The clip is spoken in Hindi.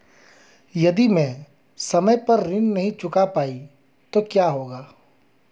यदि मैं समय पर ऋण नहीं चुका पाई तो क्या होगा?